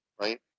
right